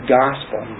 gospel